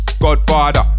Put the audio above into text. Godfather